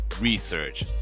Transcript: research